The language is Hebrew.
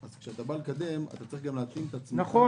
אז כשאתה בא לקדם אתה צריך גם להתאים את עצמך.